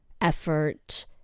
effort